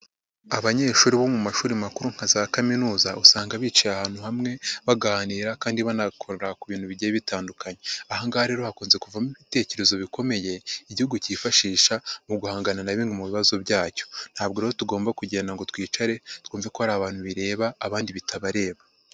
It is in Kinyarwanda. Abanyeshuri bo mu mashuri makuru nka za kaminuza, usanga bicaye ahantu hamwe baganira kandi banakora ku bintu bigiye bitandukanye. Aha ngaha rero hakunze kuvamo ibitekerezo bikomeye igihugu cyifashisha mu guhangana na bimwe mu bibazo byacyo, ntabwo rero tugomba kugenda ngo twicare twuve ko hari abantu bireba abandi bitabareba.